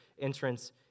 entrance